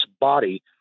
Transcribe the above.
body